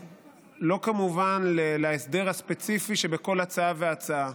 כמובן לא להסדר הספציפי שבכל הצעה והצעה.